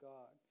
God